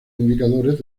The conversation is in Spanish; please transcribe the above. indicadores